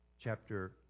chapter